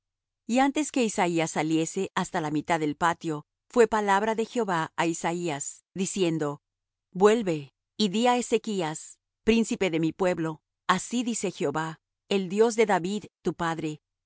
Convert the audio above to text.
y antes que isaías saliese hasta la mitad del patio fué palabra de jehová á isaías diciendo vuelve y di á ezechas príncipe de mi pueblo así dice jehová el dios de david tu padre